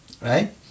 right